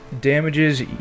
damages